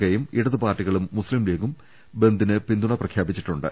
കെയും ഇടത് പാർട്ടികളും മുസ്തിംലീഗും ബന്ദിന് പിന്തുണ പ്രഖ്യാപിച്ചിട്ടുണ്ട്